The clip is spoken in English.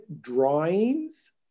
drawings